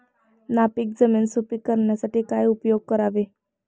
नापीक जमीन सुपीक करण्यासाठी काय उपयोग करावे?